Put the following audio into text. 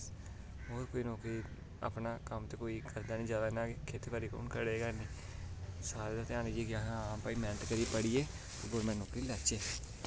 होर कोई नौकरी अपनै कम्म ते जादा कोई करदा नी जादा इ'यां खेत्ती बाड़ी कु'न करग इन्नी सारें दा ध्यान इ'यै कि हां भाई मैह्नत करियै पढ़ियै ते गौरमैंट नौकरी लैच्चै